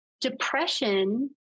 depression